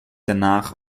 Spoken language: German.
danach